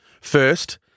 First